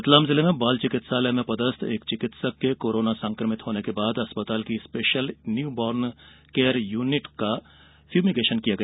रतलाम में बाल चिकित्सालय में पदस्थ एक चिकित्सक के कोरोना संकमित होने के बाद अस्पताल की special new born care unit का फयूमीगेशन किया गया